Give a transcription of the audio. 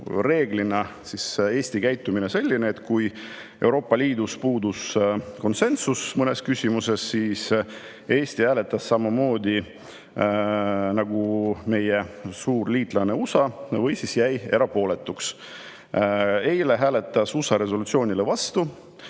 Eelnevalt oli Eesti käitumine reeglina selline, et kui Euroopa Liidus puudus konsensus mõnes küsimuses, siis Eesti hääletas samamoodi nagu meie suur liitlane USA või siis jäi erapooletuks. Eile hääletas USA resolutsioonile vastu